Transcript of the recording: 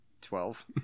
Twelve